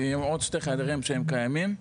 ועם עוד שני חדרים שהם קיימים.